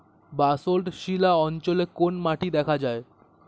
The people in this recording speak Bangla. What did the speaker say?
ব্যাসল্ট শিলা অঞ্চলে কোন মাটি দেখা যায়?